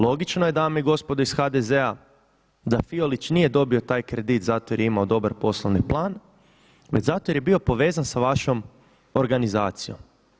Logično je dame i gospodo iz HDZ-a da Fiolić nije dobio taj kredit zato jer je imamo dobar poslovni plan, već zato jer je bio povezan sa vašom organizacijom.